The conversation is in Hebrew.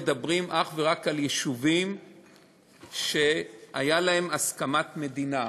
מדברים אך ורק על יישובים שהייתה עליהם הסכמת מדינה.